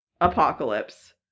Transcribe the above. Apocalypse